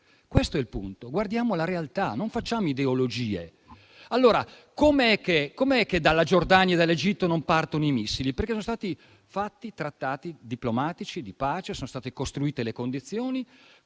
Questo è il punto: guardiamo la realtà e non facciamo ideologie. Allora, com'è che dalla Giordania e dall'Egitto non partono i missili? Sono stati fatti trattati diplomatici di pace e sono state costruite le condizioni.